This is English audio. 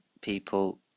people